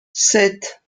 sept